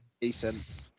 decent